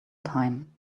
time